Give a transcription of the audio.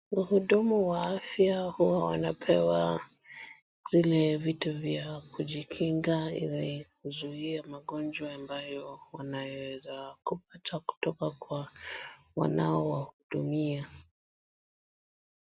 Wahudumu wa afya huwa wanapewa zile vitu vya kujikinga ili kuzuia magonjwa ambayo wanaweza kupata kutoka kwa wanaohudumia.